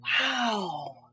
Wow